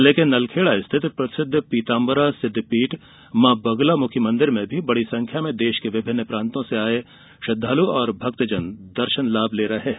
जिले के नलखेड़ा स्थित प्रसिद्ध पीताम्बरा सिद्धपीठ मां बगुलामुखी मंदिर में भी बड़ी संख्या में देश के विभिन्न प्रांतों से आए श्रद्धालु और भक्तजन दर्शन लाभ ले रहे है